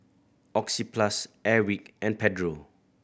Oxyplus Airwick and Pedro